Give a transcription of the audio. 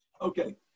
Okay